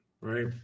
right